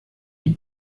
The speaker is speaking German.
die